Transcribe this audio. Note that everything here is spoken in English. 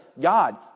God